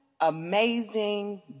amazing